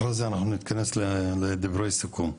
אחרי זה אנחנו נתכנס לדברי סיכום,